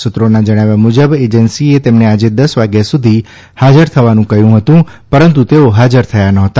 સુત્રોના જણાવ્યા મુજબ એજન્સીએ તેમને આજે દસ વાગ્યા સુધી હાજર થવાનું કહ્યું હતું પરંતુ તેઓ હાજર થયા નહોતા